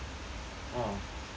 orh